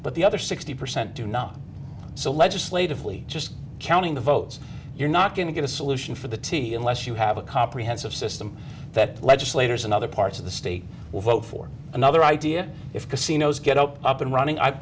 but the other sixty percent do not so legislatively just counting the votes you're not going to get a solution for the tea unless you have a comprehensive system that legislators in other parts of the state will vote for another idea if casinos get up up and running i